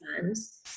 funds